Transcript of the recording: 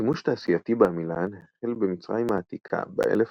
שימוש תעשייתי בעמילן התחיל במצרים העתיקה באלף